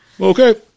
Okay